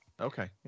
Okay